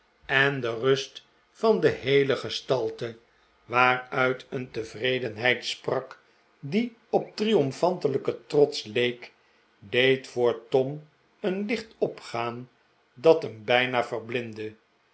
en de rust van de heele gestalte waaruit een tevredenheid sprak die op triomfantelijken trots leek deed voor tom een licht opgaan dat hem bijna verblindde